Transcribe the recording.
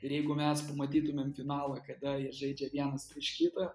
ir jeigu mes pamatytumėm finalą kada jie žaidžia vienas prieš kitą